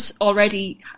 already